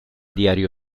diario